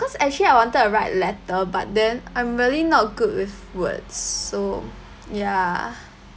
no cause actually I wanted to write a letter but then I'm really not good with words so ya